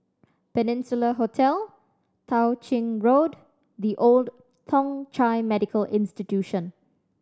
Peninsula Hotel Tao Ching Road The Old Thong Chai Medical Institution